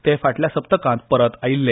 ते फाटल्या सप्तकांत परत आयले